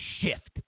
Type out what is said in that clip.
shift